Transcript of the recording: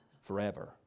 forever